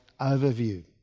overview